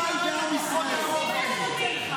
לא נשארה בך טיפת דם אחת של יהודי טוב.